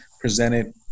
presented